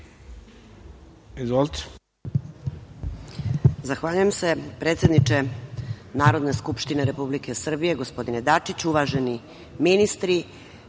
izvolite.